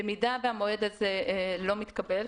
במידה והמועד הזה לא מתקבל,